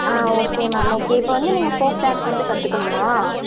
ஆ okay ma'am okay இப்போ வந்து நீங்கள் ஃபோக் டான்ஸ் வந்து கற்றுக்கணுமா